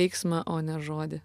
veiksmą o ne žodį